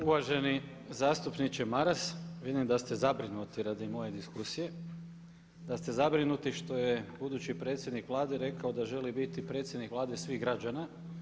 Uvaženi zastupniče Maras, vidim da ste zabrinuti radi moje diskusije, da ste zabrinuti što je budući predsjednik Vlade rekao da želi biti predsjednik Vlade svih građana.